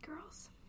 Girls